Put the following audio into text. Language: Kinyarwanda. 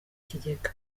kigega